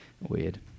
weird